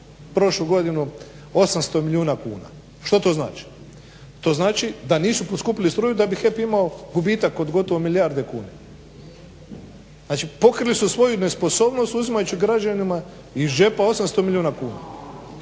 prošlu godinu 800 milijuna kuna. Što to znači? To znači da nisu poskupili struju da bi HEP imao gubitak od gotovo milijarde kuna. Znači pokrili su svoju nesposobnost uzimajući građanima iz džepa 800 milijuna kuna.